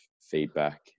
feedback